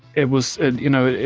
it was ah you know,